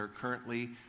currently